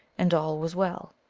and all was well.